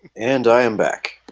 and i am back